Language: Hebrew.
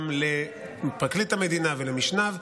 גם לפרקליט המדינה ולמשניו.